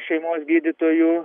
šeimos gydytojų